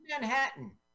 Manhattan